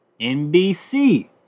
NBC